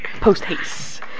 Post-haste